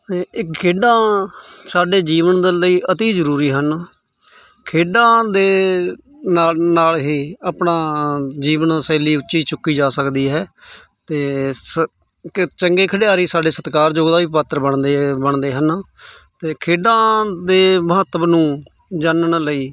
ਇਹ ਖੇਡਾਂ ਸਾਡੇ ਜੀਵਨ ਦੇ ਲਈ ਅਤੀ ਜ਼ਰੂਰੀ ਹਨ ਖੇਡਾਂ ਦੇ ਨਾਲ਼ ਨਾਲ਼ ਹੀ ਆਪਣਾ ਜੀਵਨ ਸ਼ੈਲੀ ਉੱਚੀ ਚੁੱਕੀ ਜਾ ਸਕਦੀ ਹੈ ਅਤੇ ਸ ਚੰਗੇ ਖਿਡਾਰੀ ਸਾਡੇ ਸਤਿਕਾਰਯੋਗ ਦਾ ਵੀ ਪਾਤਰ ਬਣਦੇ ਬਣਦੇ ਹਨ ਅਤੇ ਖੇਡਾਂ ਦੇ ਮਹੱਤਵ ਨੂੰ ਜਾਣਨ ਲਈ